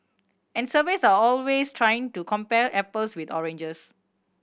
and surveys are always trying to compare apples with oranges